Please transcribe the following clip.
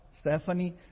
Stephanie